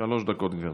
שלוש דקות, גברתי.